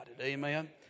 Amen